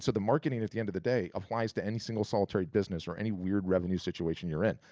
so the marketing, at the end of the day, applies to any single solitary business or any weird revenue situation you're in.